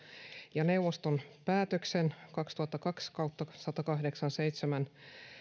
ja neuvoston päätöksen kaksituhattakaksi satakahdeksankymmentäseitsemän